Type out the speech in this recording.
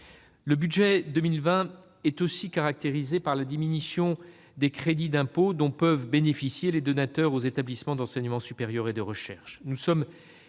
Le budget pour 2020 est caractérisé aussi par la diminution du crédit d'impôt dont peuvent bénéficier les donateurs aux établissements d'enseignement supérieur et de recherche. Nous sommes